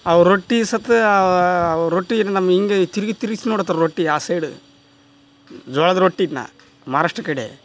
ಅವು ರೊಟ್ಟಿ ಸತ ರೊಟ್ಟಿ ನಮ್ಮ ಹಿಂಗೆ ತಿರುಗಿ ತಿರುಗಿಸಿ ನೋಡ್ತಾರೆ ರೊಟ್ಟಿ ಆ ಸೈಡ ಜೋಳದ ರೊಟ್ಟಿಯನ್ನ ಮಹಾರಾಷ್ಟ್ರ ಕಡೆ